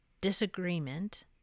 disagreement